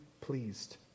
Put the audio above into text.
pleased